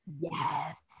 yes